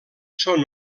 són